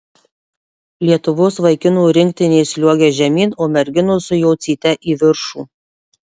lietuvos vaikinų rinktinės sliuogia žemyn o merginos su jocyte į viršų